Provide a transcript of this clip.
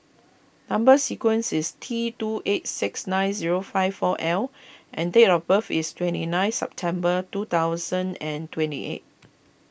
Number Sequence is T two eight six nine zero five four L and date of birth is twenty ninth September two thousand and twenty eight